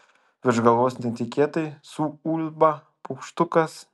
virš galvos netikėtai suulba paukštukas